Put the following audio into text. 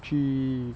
去